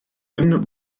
haven